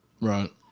Right